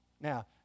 Now